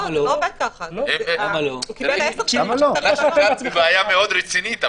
בא אפי ואומר: אין אפשרות לחדש זמנית,